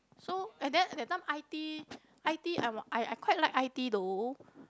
so and then at that time I_T I_T I wan~ I quite like I_T though